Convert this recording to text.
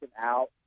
out